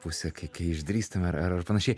pusė kai kai išdrįstame ar ar ar panašiai